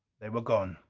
they were gone.